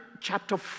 chapter